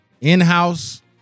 in-house